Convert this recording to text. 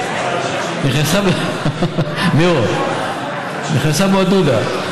נכנסה בו הדוּדה.